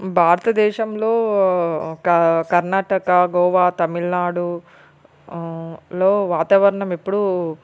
భారతదేశంలో క కర్ణాటక గోవా తమిళనాడు లో వాతావరణం ఎప్పుడూ